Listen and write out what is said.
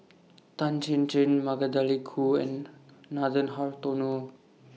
Tan Chin Chin Magdalene Khoo and Nathan Hartono